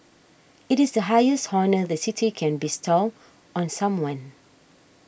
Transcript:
it is the highest honour the City can bestow on someone